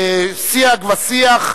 שיג ושיח,